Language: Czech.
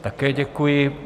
Také děkuji.